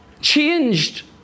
changed